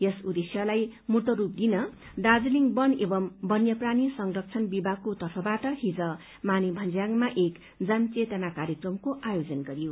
यस उदेश्यलाई मूर्तरूप दिन दार्जीलिङ वन एवं वन्यप्राणी संरक्षण विभागको तर्फबाट हिज माने भन्ज्यांगमा एक जनचेतना कार्यक्रमको आयोजन गरियो